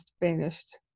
finished